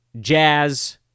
Jazz